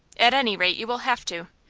at any rate you will have to.